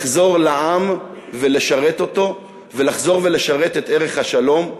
לחזור לעם ולשרת אותו ולחזור ולשרת את ערך השלום,